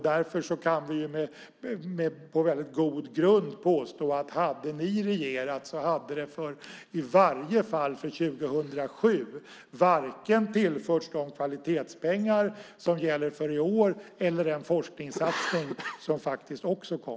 Därför kan vi på god grund påstå att hade ni regerat hade det för i varje fall 2007 tillförts varken de kvalitetspengar som gäller för i år eller den forskningssatsning som också kom.